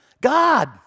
God